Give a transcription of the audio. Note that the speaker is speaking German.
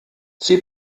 sie